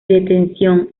detención